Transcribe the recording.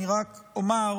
אני רק אומר,